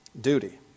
Duty